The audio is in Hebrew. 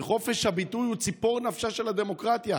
וחופש הביטוי הוא ציפור נפשה של הדמוקרטיה.